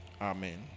amen